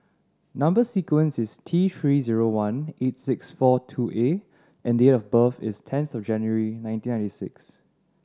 number sequence is T Three zero one eight six four two A and date of birth is tenth January nineteen ninety six